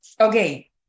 Okay